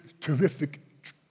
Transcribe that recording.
terrific